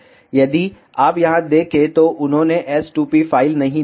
यदि आप यहाँ देखें तो उन्होंने s2p फ़ाइल नहीं दी है